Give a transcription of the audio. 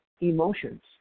emotions